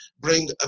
bring